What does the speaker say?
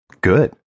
good